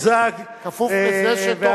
כפוף לזה שבתוך חודש ימים.